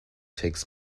takes